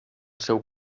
seu